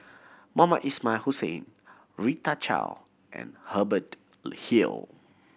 Mohamed Ismail Hussain Rita Chao and Hubert Hill